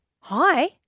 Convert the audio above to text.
Hi